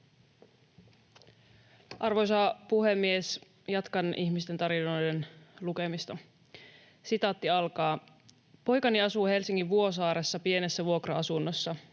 Arvoisa puhemies! Jatkan ihmisten tarinoiden lukemista. ”Poikani asuu Helsingin Vuosaaressa, pienessä vuokra-asunnossa.